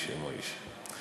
מוישה, מוישה.